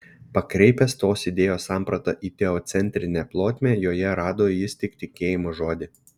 pakreipęs tos idėjos sampratą į teocentrinę plotmę joje rado jis tik tikėjimo žodį